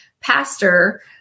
pastor